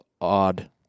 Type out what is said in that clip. odd